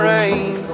Rain